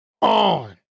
on